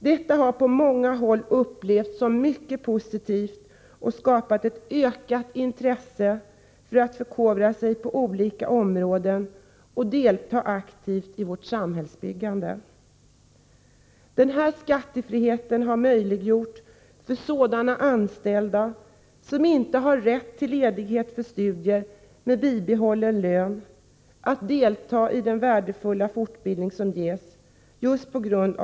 Detta har på många håll upplevts som mycket positivt och skapat ett ökat intresse för att förkovra sig på olika områden och för att delta aktivt i vårt samhällsbyggande. Det är det skattefria stipendiet som har gjort det möjligt för sådana anställda som inte har rätt till ledighet för studier med bibehållen lön att delta i den värdefulla fortbildning som ges.